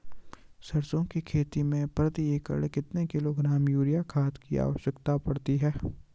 सरसों की खेती में प्रति एकड़ कितने किलोग्राम यूरिया खाद की आवश्यकता पड़ती है?